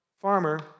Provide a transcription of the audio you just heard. farmer